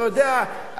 אתה יודע,